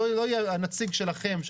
נציג שלכם,